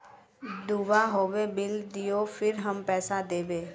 दूबा होबे बिल दियो फिर हम पैसा देबे?